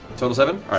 total seven?